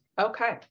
okay